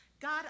God